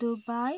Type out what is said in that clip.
Dubai